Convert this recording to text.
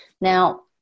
now